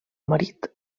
marit